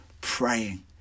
praying